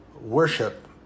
worship